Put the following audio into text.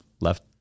Left